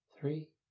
three